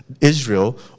Israel